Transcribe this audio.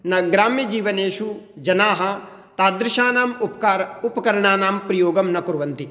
न ग्राम्यजीवनेषु जनाः तादृशानाम् उपकार् उपकरणानां प्रयोगं न कुर्वन्ति